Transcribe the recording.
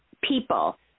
people